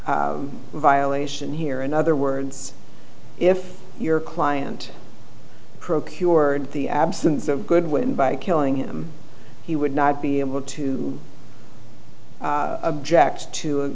e violation here in other words if your client procured the absence of goodwin by killing him he would not be able to object to